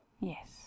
yes